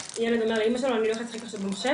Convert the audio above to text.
ילד אומר לאמא שלו אני הולך לשחק עכשיו במחשב,